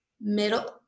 middle